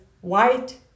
white